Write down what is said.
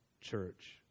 church